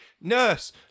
Nurse